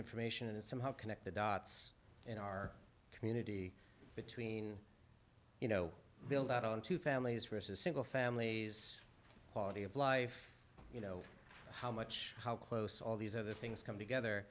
information and somehow connect the dots in our community between you know build out on two families for a single family quality of life you know how much how close all these other things come together